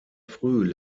früh